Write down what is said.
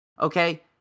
okay